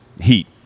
Heat